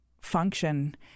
function